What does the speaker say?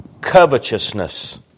covetousness